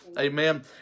Amen